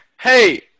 Hey